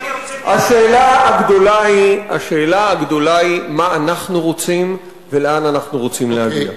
השאלה הגדולה היא מה אנחנו רוצים ולאן אנחנו רוצים להגיע,